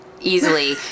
easily